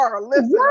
Listen